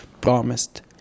promised